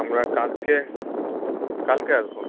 আমরা কালকে কালকে আসবো